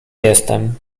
jestem